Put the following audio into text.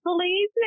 please